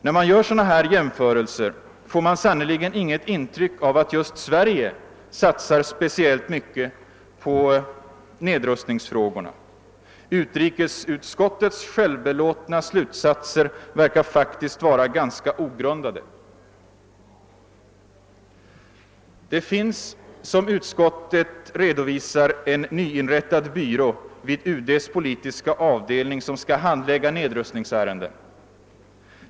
När man gör sådana här jämförelser får man sannerligen inget intryck av att just Sverige satsar speciellt mycket på nedrustningsfrågorna. Utrikesutskottets självbelåtna slutsatser verkar faktiskt vara ganska ogrundade. Det finns, som utskottet redovisar, en nyinrättad byrå vid UD:s politiska avdelning som skall handlägga nedrustningsärenden.